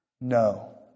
No